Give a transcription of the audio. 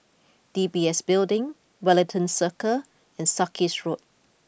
D B S Building Wellington Circle and Sarkies Road